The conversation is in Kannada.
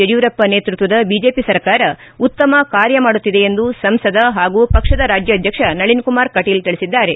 ಯಡಿಯೂರಪ್ಪ ನೇತೃತ್ವದ ಬಿಜೆಪಿ ಸರ್ಕಾರ ಉತ್ತಮ ಕಾರ್ಯ ಮಾಡುತ್ತಿದೆ ಎಂದು ಸಂಸದ ಹಾಗೂ ಪಕ್ಷದ ರಾಜ್ಯಾಧ್ಯಕ್ಷ ನಳನ್ ಕುಮಾರ್ ಕಟೀಲ್ ತಿಳಿಸಿದ್ದಾರೆ